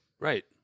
Right